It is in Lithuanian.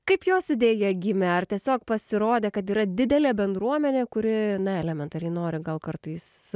kaip jos idėja gimė ar tiesiog pasirodė kad yra didelė bendruomenė kuri elementariai nori gal kartais